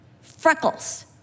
freckles